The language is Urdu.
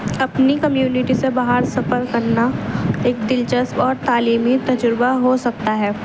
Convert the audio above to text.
اپنی کمیونٹی سے باہر سفر کرنا ایک دلچسپ اور تعلیمی تجربہ ہو سکتا ہے